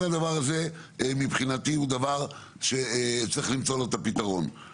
הדבר הזה מבחינתי הוא דבר שצריך למצוא לו את הפתרון.